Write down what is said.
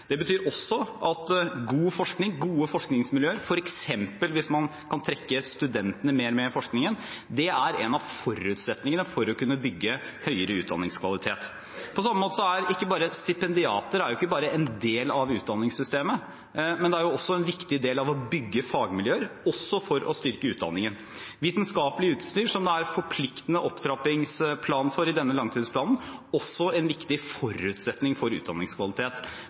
Det betyr også at god forskning og gode forskningsmiljøer, f.eks. hvis man kan trekke studentene mer med i forskningen, er en av forutsetningene for å kunne bygge høyere utdanningskvalitet. På samme måte er ikke stipendiater bare en del av utdanningssystemet – de er også en viktig del av å bygge fagmiljøer, også for å styrke utdanningen. Vitenskapelig utstyr, som det er en forpliktende opptrappingsplan for i denne langtidsplanen, er også en viktig forutsetning for utdanningskvalitet.